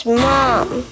mom